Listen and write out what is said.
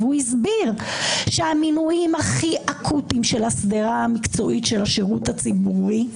והוא הסביר שהמינויים הכי אקוטיים של השדרה המקצועית של השירות הציבורי,